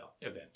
event